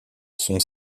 son